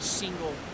single